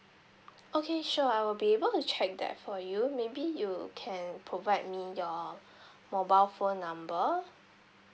okay sure I will be able to check that for you maybe you can provide me your mobile phone number